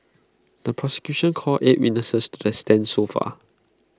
the prosecution called eight witnesses to that's stand so far